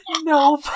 No